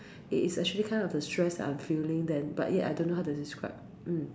it is actually kind of the stress that I'm feeling but then I don't know how to describe mm